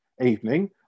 evening